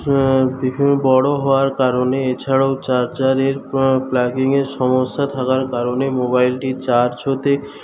বড়ো হওয়ার কারণে এছাড়াও চার্জারের প্লাগিংয়ের সমস্যা থাকার কারণে মোবাইলটি চার্জ হতে